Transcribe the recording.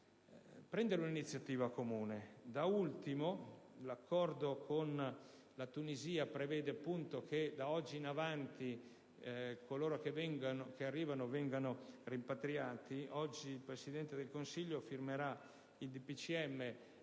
intraprendere un'azione comune. Da ultimo, l'accordo con la Tunisia prevede che da oggi in avanti coloro che arrivano vengano rimpatriati. Oggi il Presidente del Consiglio firmerà il